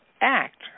act